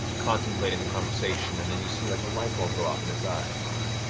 contemplating the conversation, and then you see like a lightbulb go off in his eyes